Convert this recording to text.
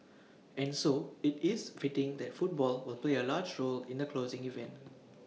and so IT is fitting that football will do your large role in the closing event